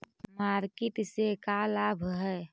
Market से का लाभ है?